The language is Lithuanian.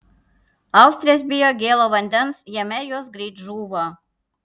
austrės bijo gėlo vandens jame jos greit žūva